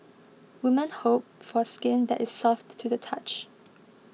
woman hope for skin that is soft to the touch